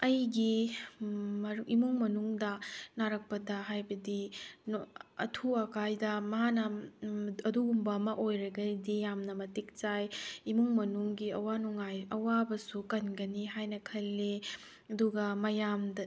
ꯑꯩꯒꯤ ꯏꯃꯨꯡ ꯃꯅꯨꯡꯗ ꯅꯥꯔꯛꯄꯗ ꯍꯥꯏꯕꯗꯤ ꯑꯊꯨ ꯑꯀꯥꯏꯗ ꯃꯥꯅ ꯑꯗꯨꯒꯨꯝꯕ ꯑꯃ ꯑꯣꯏꯔꯒꯗꯤ ꯌꯥꯝꯅ ꯃꯇꯤꯛ ꯆꯥꯏ ꯏꯃꯨꯡ ꯃꯅꯨꯡꯒꯤ ꯑꯋꯥ ꯅꯨꯡꯉꯥꯏ ꯑꯋꯥꯕꯁꯨ ꯀꯟꯒꯅꯤ ꯍꯥꯏꯅ ꯈꯜꯂꯤ ꯑꯗꯨꯒ ꯃꯌꯥꯝꯗ